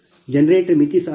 generator ಮಿತಿ ಸಹ ಇಲ್ಲ